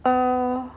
err